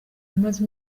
yamaze